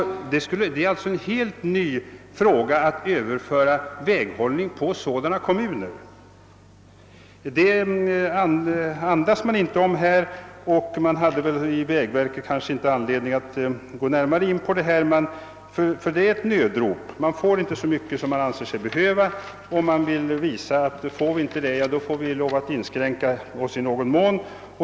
Det blir alltså en helt ny fråga att överföra väghållning på sådana kommuner. Men detta andas man inte om, och vägverket hade kanske inte heller anledning att gå in på saken. Vägverkets yttrande är ett nödrop — verket får inte så mycket pengar som det anser sig behöva och vill visa att det under sådana förhållanden måste bli en inskränkning.